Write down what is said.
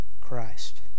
Christ